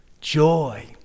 Joy